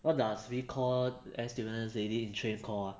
what does we all air stewardess lady in train call ah